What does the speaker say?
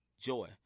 joy